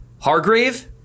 hargrave